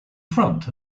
front